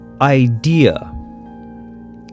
idea